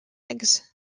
eggs